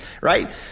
right